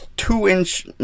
two-inch